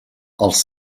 els